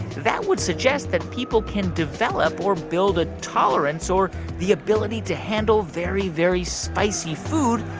that would suggest that people can develop or build a tolerance or the ability to handle very, very spicy food,